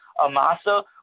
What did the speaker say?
Amasa